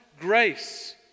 grace